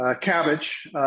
cabbage